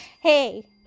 Hey